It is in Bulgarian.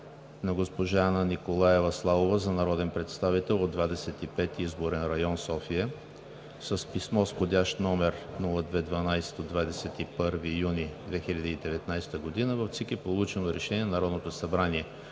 на госпожа Анна Николаева Славова за народен представител от Двадесет и пети изборен район – София С писмо с вх. № НС-02-12 от 21 юни 2019 г. в ЦИК е получено Решение на Народното събрание